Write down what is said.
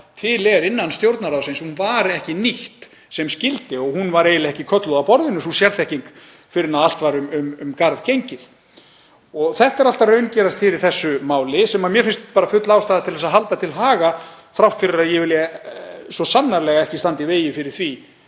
til er innan Stjórnarráðsins var ekki nýtt sem skyldi og hún var eiginlega ekki kölluð að borðinu fyrr en allt var um garð gengið. Þetta er allt að raungerast hér í þessu máli sem mér finnst full ástæða til að halda til haga þrátt fyrir að ég vilji svo sannarlega ekki standa í vegi fyrir því